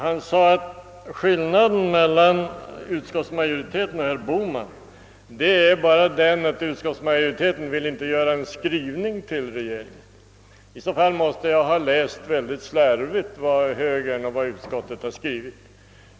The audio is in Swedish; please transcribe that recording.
Han sade att skillnaden mellan utskottsmajoriteten och herr Bohman bara är den, att utskottsmajoriteten inte vill att riksdagen skall besluta om en skrivelse till Kungl. Maj:t. I så fall måste jag väldigt slarvigt ha läst vad högern och utskottet skrivit.